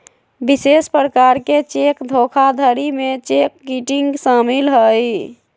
विशेष प्रकार के चेक धोखाधड़ी में चेक किटिंग शामिल हइ